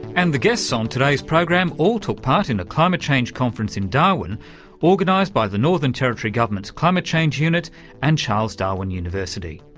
and the guests on today's programme all took part in a climate change conference in darwin organised by the northern territory government's climate change unit and charles darwin university.